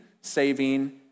saving